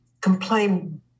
complain